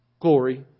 Glory